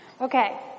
Okay